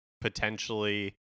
potentially